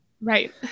Right